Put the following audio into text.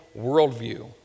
worldview